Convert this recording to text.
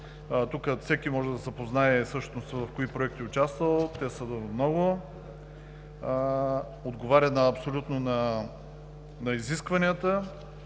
Всеки може да се запознае в кои проекти е участвал, те са много. Отговаря абсолютно на изискванията